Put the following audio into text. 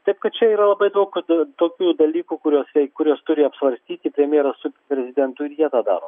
taip kad čia yra labai daug kad tokių dalykų kuriuos reik kuriuos turi apsvarstyti premjeras su prezidentu ir jie tą daro